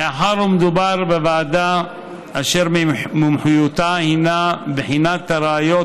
מאחר שמדובר בוועדה אשר מומחיותה היא בחינת הראיות